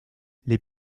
les